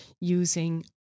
using